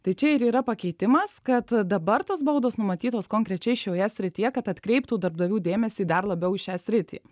tai čia ir yra pakeitimas kad dabar tos baudos numatytos konkrečiai šioje srityje kad atkreiptų darbdavių dėmesį dar labiau į šią sritį